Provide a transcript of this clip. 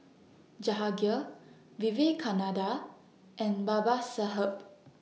Jahangir Vivekananda and Babasaheb